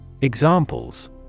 Examples